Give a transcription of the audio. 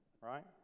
right